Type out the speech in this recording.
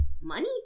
money